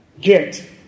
get